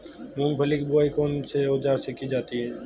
मूंगफली की बुआई कौनसे औज़ार से की जाती है?